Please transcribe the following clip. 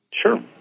Sure